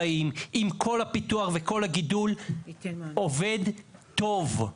עם כל הפיתוח ועם כל הגידול עובד טוב,